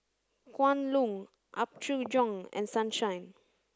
Kwan Loong Apgujeong and Sunshine